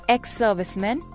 Ex-Servicemen